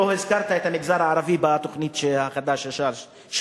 אבל לא הזכרת את המגזר הערבי בתוכנית החדשה שלך.